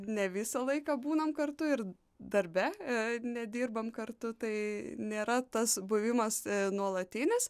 ne visą laiką būnam kartu ir darbe nedirbam kartu tai nėra tas buvimas nuolatinis